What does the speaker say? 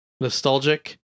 nostalgic